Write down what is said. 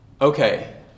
Okay